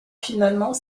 finalement